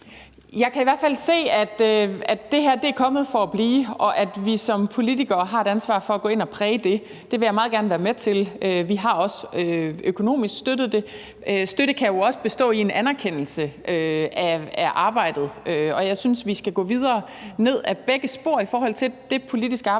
Jeg kan i hvert fald se, at det her er kommet for at blive, og at vi som politikere har et ansvar for at gå ind og præge det. Det vil jeg meget gerne være med til. Vi har også støttet det økonomisk. Støtte kan jo også bestå i en anerkendelse af arbejdet, og jeg synes, at vi skal gå videre ned ad begge spor i forhold til det politiske arbejde,